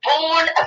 born